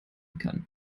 kann